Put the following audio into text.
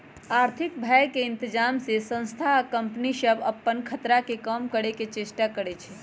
आर्थिक भय के इतजाम से संस्था आ कंपनि सभ अप्पन खतरा के कम करए के चेष्टा करै छै